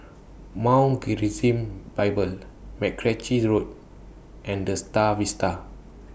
Mount Gerizim Bible Mackenzie Road and The STAR Vista